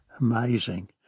Amazing